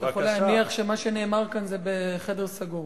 אתה יכול להניח שמה שנאמר כאן זה בחדר סגור.